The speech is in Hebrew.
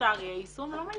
לצערי היישום לא מיטבי.